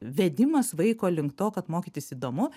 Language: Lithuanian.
vedimas vaiko link to kad mokytis įdomu